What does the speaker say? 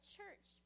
church